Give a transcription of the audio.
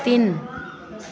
तिन